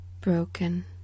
broken